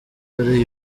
hari